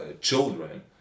children